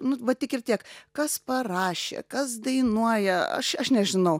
nu va tiek ir tiek kas parašė kas dainuoja aš aš nežinau